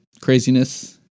craziness